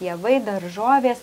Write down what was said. javai daržovės